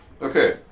Okay